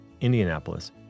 Indianapolis